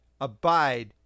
abide